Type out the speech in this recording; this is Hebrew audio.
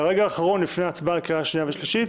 ברגע האחרון לפני ההצבעה לקריאה שנייה ושלישית